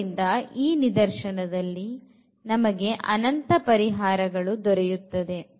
ಆದ್ದರಿಂದ ಈ ನಿದರ್ಶನದಲ್ಲಿ ನಮಗೆ ಅನಂತ ಪರಿಹಾರಗಳು ದೊರೆಯುತ್ತದೆ